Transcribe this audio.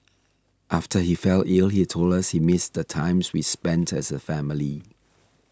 after he fell ill he told us he missed the times we spent as a family